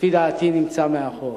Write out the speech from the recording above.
לפי דעתי הוא נמצא מאחור.